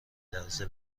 لحظه